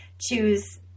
choose